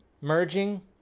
merging